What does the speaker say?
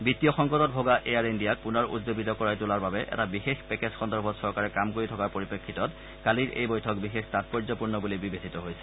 বিত্তীয় সংকটত ভোগা এয়াৰ ইণ্ডিয়াক পুনৰ উজ্জীৱিত কৰি তোলাৰ বাবে এটা বিশেষ পেকেজ সন্দৰ্ভত চৰকাৰে কাম কৰি থকাৰ পৰিপ্ৰেক্ষিতত কালিৰ এই বৈঠক বিশেষ তাৎপৰ্যপূৰ্ণ বুলি বিবেচিত হৈছে